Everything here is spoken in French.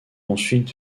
ensuite